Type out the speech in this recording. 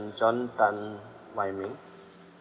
john tan wai ming